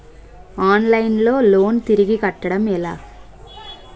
Online లో loan తిరిగి కట్టడం ఎలా?